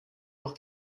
noch